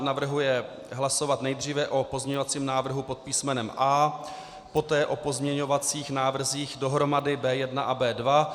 Navrhuje hlasovat nejdříve o pozměňovacím návrhu pod písmenem A, poté o pozměňovacích návrzích dohromady B1 a B2.